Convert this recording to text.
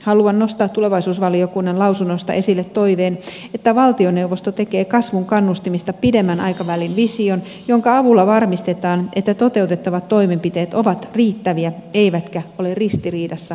haluan nostaa tulevaisuusvaliokunnan lausunnosta esille toiveen että valtioneuvosto tekee kasvun kannustimista pidemmän aikavälin vision jonka avulla varmistetaan että toteutettavat toimenpiteet ovat riittäviä eivätkä ole ristiriidassa keskenään